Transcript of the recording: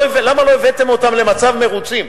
למה לא הבאתם אותם למצב מרוצים?